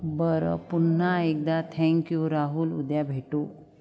बरं पुन्हा एकदा थँक्यू राहुल उद्या भेटू